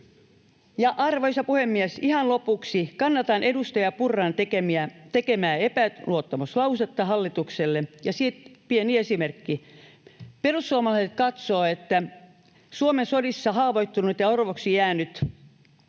Arvoisa puhemies! Ihan lopuksi. Kannatan edustaja Purran tekemää epäluottamuslausetta hallitukselle. Sitten pieni esimerkki: perussuomalaiset katsovat, että Suomen sodissa haavoittuneet ja orvoksi jääneet